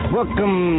Welcome